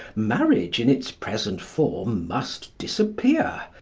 marriage in its present form must disappear.